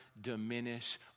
diminish